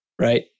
Right